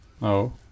No